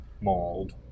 mauled